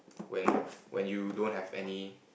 when when you don't have any